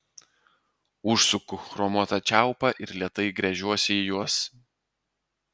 užsuku chromuotą čiaupą ir lėtai gręžiuosi į juos